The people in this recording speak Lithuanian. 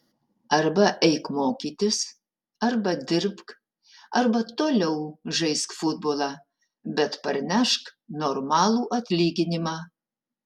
arba eik mokytis arba dirbk arba toliau žaisk futbolą bet parnešk normalų atlyginimą